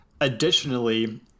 additionally